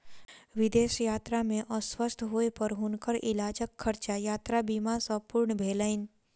विदेश यात्रा में अस्वस्थ होय पर हुनकर इलाजक खर्चा यात्रा बीमा सॅ पूर्ण भेलैन